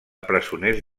presoners